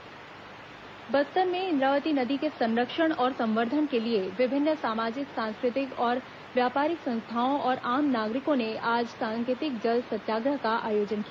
इंद्रावती जल सत्याग्रह बस्तर में इंद्रावती नदी के संरक्षण और संवर्धन के लिए विभिन्न सामाजिक सांस्कृतिक और व्यापारिक संस्थाओं और आम नागरिकों ने आज सांकेतिक जल सत्याग्रह का आयोजन किया